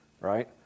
Right